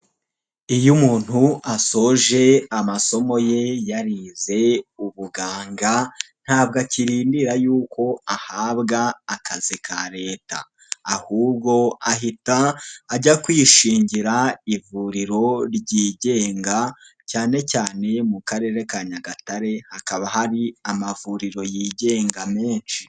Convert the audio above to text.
Iyo umuntu asoje amasomo ye yarize ubuganga ntabwo akirindira y'uko ahabwa akazi ka leta ahubwo ahita ajya kwishingira ivuriro ryigenga cyane cyane mu Karere ka Nyagatare hakaba hari amavuriro yigenga menshi.